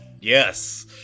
Yes